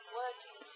working